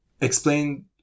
explain